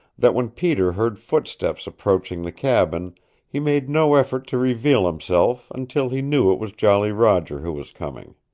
that when peter heard footsteps approaching the cabin he made no effort to reveal himself until he knew it was jolly roger who was coming.